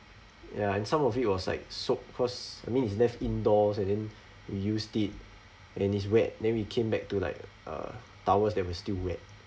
ya and some of it was like soaked cause I mean it's left indoors and then we used it and it's wet then we came back to like uh towels that were still wet